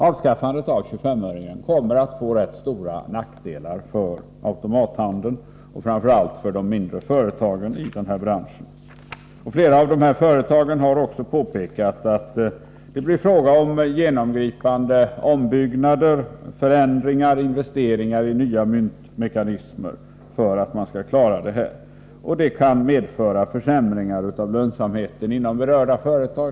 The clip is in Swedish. Avskaffandet av 25-öringen kommer att få rätt stora nackdelar för automathandeln, framför allt för de mindre företagen i branschen. Flera av företagen har påpekat att det blir fråga om genomgripande ombyggnader, förändringar och investeringar i nya myntmekanismer för att man skall klara övergången, och det kan medföra försämringar i lönsamheten inom berörda företag.